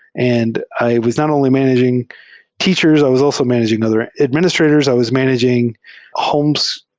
and i was not only managing teachers i was also managing other administrators. i was managing homes.